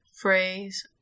phrase